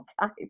time